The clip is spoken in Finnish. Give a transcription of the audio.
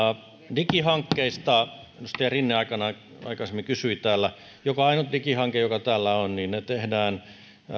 digihankkeista edustaja rinne aikaisemmin kysyi täällä joka ainut digihanke joka täällä on tehdään